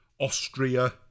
austria